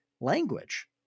language